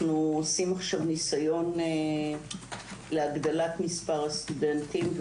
אנחנו עושים עכשיו ניסיון להגדלת מספר הסטודנטים.